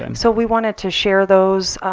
um so we wanted to share those.